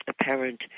apparent